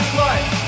life